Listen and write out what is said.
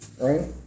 right